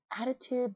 attitude